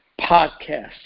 podcast